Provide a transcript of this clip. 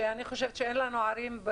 שאני חושבת שאין לנו ערים,